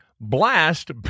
blast